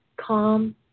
calm